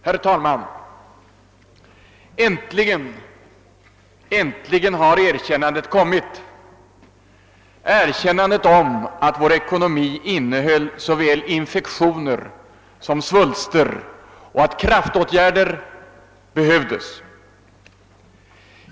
Herr talman! Äntligen, äntligen har erkännandet kommit — erkännandet att vår ekonomi innehöll såväl infektioner som svulster och att kraftåtgärder behövdes.